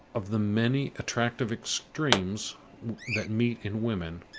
of the many attractive extremes that meet in women,